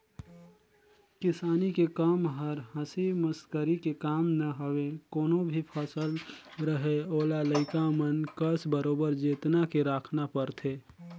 किसानी के कम हर हंसी मसकरी के काम न हवे कोनो भी फसल रहें ओला लइका मन कस बरोबर जेतना के राखना परथे